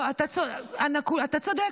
אתה צודק,